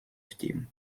втім